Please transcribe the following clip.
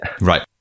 Right